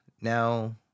now